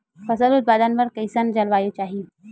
फसल उत्पादन बर कैसन जलवायु चाही?